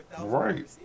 Right